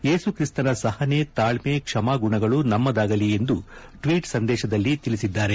ಏಸುಕ್ರಿಸ್ತನ ಸಹನೆ ತಾಳ್ಯೆ ಕ್ಷಮಾ ಗುಣಗಳು ನಮ್ಮದಾಗಲಿ ಎಂದು ಟ್ವೀಟ್ ಸಂದೇಶದಲ್ಲಿ ತಿಳಿಸಿದ್ದಾರೆ